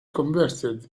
converted